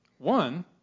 One